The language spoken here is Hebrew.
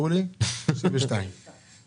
32 מיליון שקל.